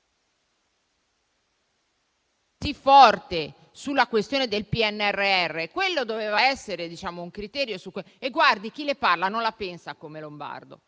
così forte sulla questione del PNRR, quello doveva essere un criterio. Chi le parla non la pensa come Lombardo,